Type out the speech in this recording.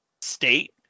state